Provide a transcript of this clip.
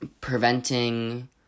preventing